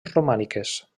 romàniques